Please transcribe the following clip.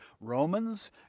Romans